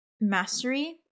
mastery